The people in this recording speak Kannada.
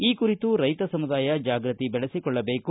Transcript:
ಈ ಕುರಿತು ರೈತ ಸಮುದಾಯ ಜಾಗೃತಿ ಬೆಳೆಸಿಕೊಳ್ಳಬೇಕು